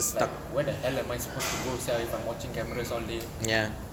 like where the hell am I supposed to go sia if I'm watching cameras all day